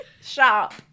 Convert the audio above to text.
shop